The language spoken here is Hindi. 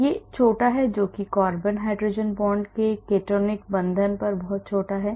यह छोटा है जो कि कार्बन हाइड्रोजन बॉन्ड के केटोनिक बंधन बहुत छोटा है